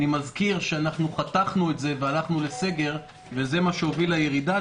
אני מזכיר שאנחנו חתכנו את זה והלכנו לסגר וזה מה שהוביל לירידה.